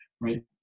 right